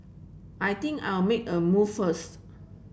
I think I'll make a move first